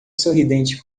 sorridente